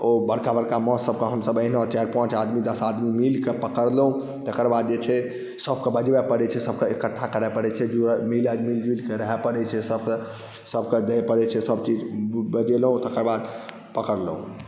ओ बड़का बड़का माछके हमसब एहिना चारि पाँच आदमी दस आदमी मिलके पकड़लहुँ तकर बाद जे छै सबके बजबै पड़ै छै सबके इकठ्ठा करै पड़ै छै मिलजुलिके रहै पड़ै छै सबके सबके दिअ पड़ै छै सबचीज बजेलहुँ तकर बाद पकड़लहुँ